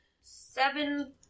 Seven